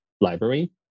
library